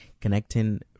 connecting